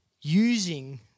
using